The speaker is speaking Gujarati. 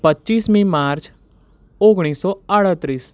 પચ્ચીસમી માર્ચ ઓગણીસો આડત્રીસ